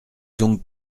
donc